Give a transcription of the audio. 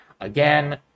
Again